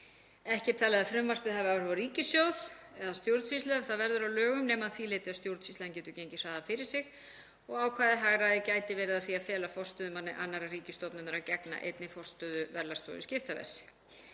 Ekki er talið að frumvarpið hafi áhrif á ríkissjóð eða stjórnsýslu ef það verður að lögum, nema að því leyti að stjórnsýslan getur gengið hraðar fyrir sig og ákveðið hagræði gæti verið að því að fela forstöðumanni annarrar ríkisstofnunar að gegna einnig forstöðu Verðlagsstofu skiptaverðs.